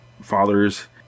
fathers